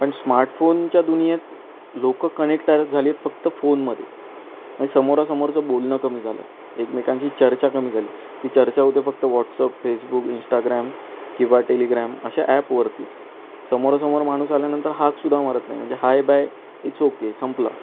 पण स्मार्टफोनच्या दुनियेत लोकं कनेक्ट तर झालेत फक्त फोनमध्ये समोरासमोरचं बोलणं कमी झालं एकमेकांशी चर्चा कमी झाली ती चर्चा होते फक्त वॉट्सअप फेसबुक इंस्टाग्राम किंवा टेलीग्रॅम अशा ॲपवरतीच समोरासमोर माणूस आल्यानंतर हाकसुद्धा मारत नाही म्हणजे हाय बाय इट्स ओके संपलं